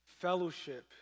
fellowship